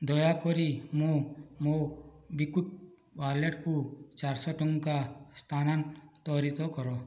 ଦୟାକରି ମୁଁ ମୋ ମୋବିକ୍ଵିକ୍ ୱାଲେଟକୁ ଚାରିଶହ ଟଙ୍କା ସ୍ଥାନାନ୍ତରିତ କର